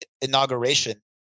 inauguration